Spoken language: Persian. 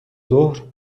ظهر